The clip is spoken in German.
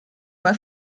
bei